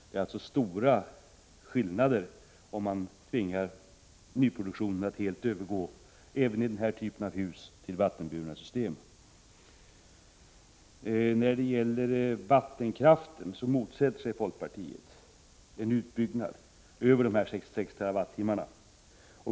Det blir alltså stor skillnad, om man tvingar nyproduktionen — även denna typ av hus — att övergå till vattenburna system. När det gäller vattenkraften motsätter sig folkpartiet en utbyggnad över 66 TWh.